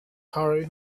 hurry